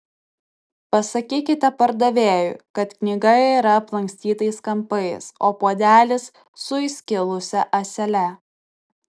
pasakykite pardavėjui kad knyga yra aplankstytais kampais o puodelis su įskilusia ąsele